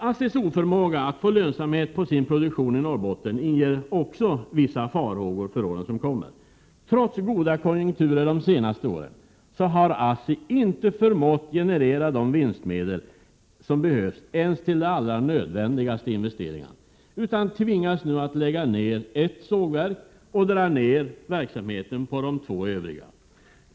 ASSI:s oförmåga att få lönsamhet på sin produktion i Norrbotten inger också vissa farhågor för åren som kommer. Trots goda konjunkturer de senaste åren har ASSI inte förmått generera de vinstmedel som behövs ens till de allra nödvändigaste investeringarna utan tvingas nu att lägga ner ett sågverk och dra ner verksamheten på de två övriga.